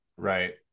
Right